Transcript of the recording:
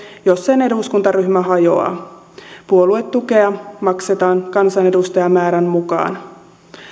jos sen eduskuntaryhmä hajoaa puoluetukea maksetaan kansanedustajamäärän mukaan